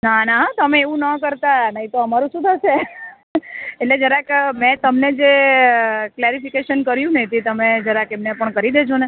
ના ના હં તમે એવું ન કરતાં નહીં તો અમારું શું થશે એટલે જરાક મેં તમને જે કલેરિફિકેશન કર્યુને તે તમે જરાક એમને પણ કરી દેજોને